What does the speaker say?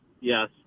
yes